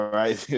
right